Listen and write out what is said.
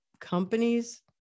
companies